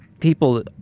people